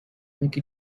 make